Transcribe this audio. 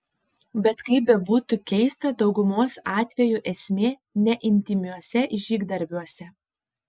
bet kaip bebūtų keista daugumos atvejų esmė ne intymiuose žygdarbiuose